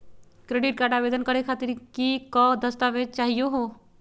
Credit card आवेदन करे खातीर कि क दस्तावेज चाहीयो हो?